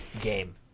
game